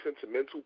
sentimental